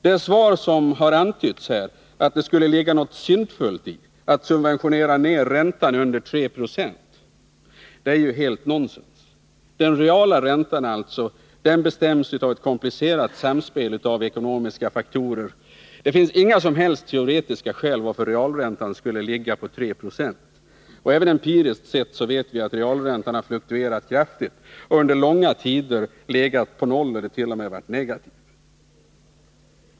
Det svar som har antytts här, att det skulle ligga något syndfullt i att subventionera ned räntan under 3 26, är rent nonsens. Den reala räntan bestäms av ett komplicerat samspel av ekonomiska faktorer. Det finns inga som helst teoretiska skäl till att realräntan skulle ligga på 3 90. Även empiriskt sett vet vi att realräntan har fluktuerat kraftigt och under långa tider legat på noll ellert.o.m. varit negativ.